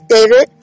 David